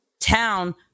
town